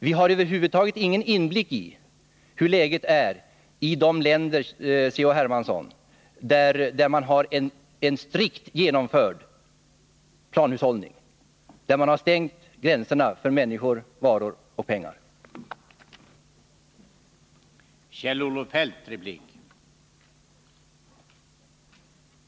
Vi har över huvud taget ingen inblick i hur läget är i de länder där man har en strikt genomförd planhushållning och där man har stängt gränserna för människor, varor och pengar, C.-H. Hermansson.